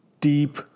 deep